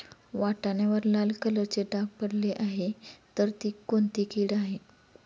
वाटाण्यावर लाल कलरचे डाग पडले आहे तर ती कोणती कीड आहे?